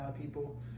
people